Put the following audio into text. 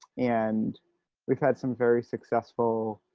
and we've had some very successful